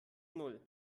null